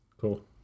Cool